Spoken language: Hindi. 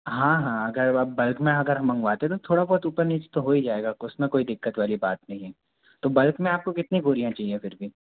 हाँ हाँ अगर अब बल्क में अगर हम मँगवाते ना थोड़ा बहुत ऊपर नीचे तो हो ही जाएगा तो उसमें कोई दिक्कत वाली बात नहीं है तो बल्क में आपको कितनी बोरियाँ चाहिए फिर भी